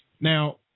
Now